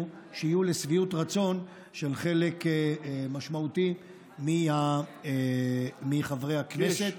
שיהיו לשביעות רצון של חלק משמעותי מחברי הכנסת.